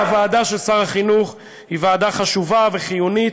הוועדה של שר החינוך היא ועדה חשובה וחיונית,